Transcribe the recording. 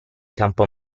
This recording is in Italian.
campo